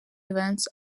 events